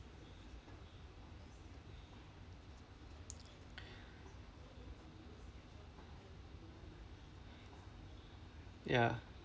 ya